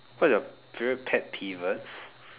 what's is your favourite pet pivot